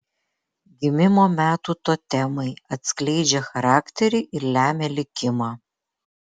gimimo metų totemai atskleidžia charakterį ir lemia likimą